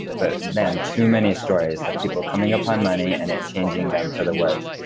but man, too many stories of people coming upon money and it changing them for the worst.